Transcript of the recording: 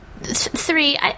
three